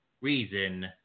reason